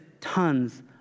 tons